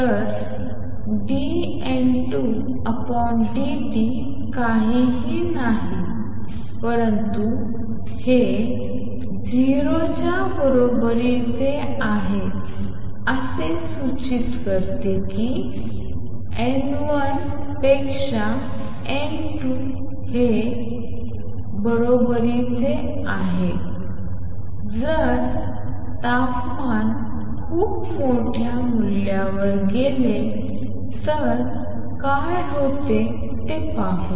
तर dN2dt काहीही नाही परंतु A21B21uTN2B12uTN1 आणि हे 0 च्या बरोबरीने सूचित करते की N1 पेक्षा N2 हे B12uTA21B21uT च्या बरोबरीचे आहे जर तापमान खूप मोठ्या मूल्यावर गेले तर काय होते ते पाहू